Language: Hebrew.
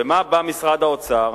ומה בא משרד האוצר,